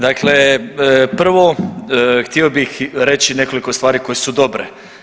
Dakle, prvo htio bih reći nekoliko stvari koje su dobre.